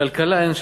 כלכלה אין שם,